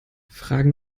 fragen